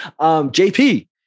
JP